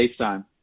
FaceTime